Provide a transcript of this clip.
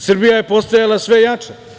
Srbija je postajala sve jača.